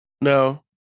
No